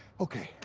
okay.